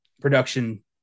production